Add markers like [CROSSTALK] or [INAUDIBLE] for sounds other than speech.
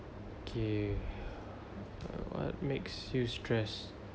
okay [BREATH] what makes you stress